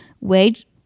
Wage